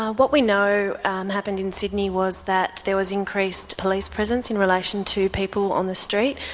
ah what we know um happened in sydney was that there was increased police presence in relation to people on the street.